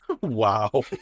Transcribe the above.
wow